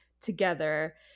together